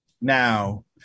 now